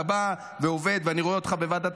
אתה בא ועובד ואני רואה אותך בוועדת